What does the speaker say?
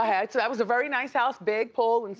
ahead, so that was a very nice house big pool, and